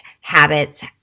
habits